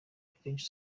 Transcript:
akenshi